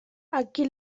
aquí